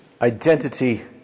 identity